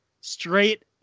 straight